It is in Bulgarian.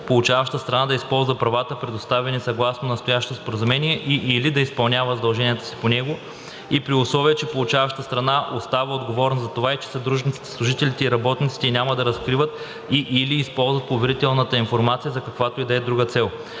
получаващата страна да използва правата, предоставени съгласно настоящото споразумение, и/или да изпълнява задълженията си по него и при условие че получаващата страна остава отговорна за това, че съдружниците, служителите и работниците ѝ няма да разкриват и/или използват поверителната информация за каквато и да е друга цел.